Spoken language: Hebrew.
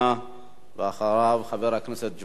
ואחריו, חבר הכנסת ג'מאל זחאלקה.